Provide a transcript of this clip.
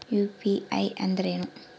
UPI ಅಂದ್ರೇನು?